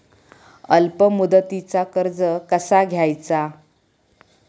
अल्प मुदतीचा कर्ज कसा घ्यायचा?